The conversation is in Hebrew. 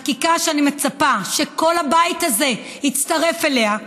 חקיקה שאני מצפה שכל הבית הזה יצטרף אליה,